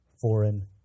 foreign